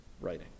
writing